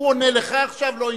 הוא עונה לך עכשיו, לא ענייני.